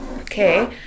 okay